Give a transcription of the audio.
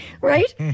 Right